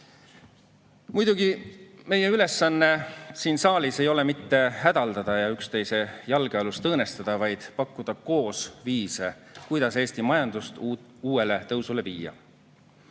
Muidugi, meie ülesanne siin saalis ei ole mitte hädaldada ja üksteise jalgealust õõnestada, vaid pakkuda koos viise, kuidas Eesti majandus uuele tõusule viia. Eesti